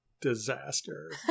disaster